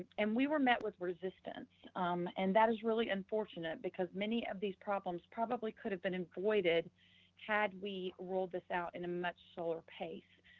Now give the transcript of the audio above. and we were met with resistance and that is really unfortunate because many of these problems probably could've been avoided had we rolled this out in a much slower pace.